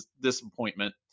disappointment